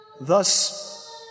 Thus